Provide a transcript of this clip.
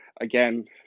again